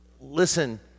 Listen